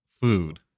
food